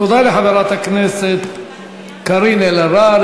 תודה לחברת הכנסת קארין אלהרר.